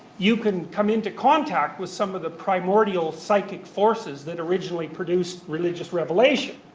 you can come into contact with some of the primordial psychic forces that originally produced religious revelation.